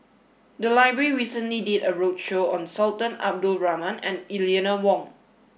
the library recently did a roadshow on Sultan Abdul Rahman and Eleanor Wong